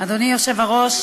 אדוני היושב-ראש,